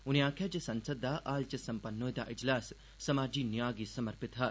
उनें आखेआ जे संसद दा हाल च संपन्न होए दा अजलास समाजी न्याऽ गी समर्पित हा